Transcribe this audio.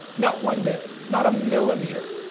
not one bit, not a millimeter.